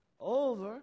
over